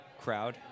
crowd